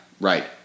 right